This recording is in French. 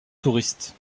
touristes